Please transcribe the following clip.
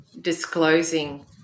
disclosing